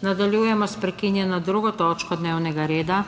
Nadaljujemo s prekinjeno 2. točko dnevnega reda,